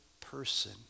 person